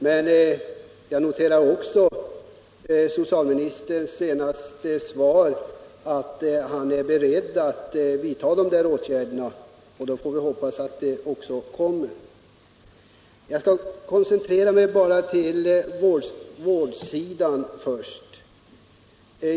Men jag noterar också socialministerns senaste svar att han är beredd att vidta de här åtgärderna, och då får vi hoppas att de också kommer. Jag skall först uppehålla mig på vårdsidan.